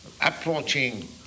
approaching